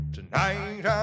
Tonight